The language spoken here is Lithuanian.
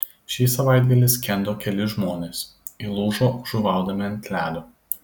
šį savaitgalį skendo keli žmonės įlūžo žuvaudami ant ledo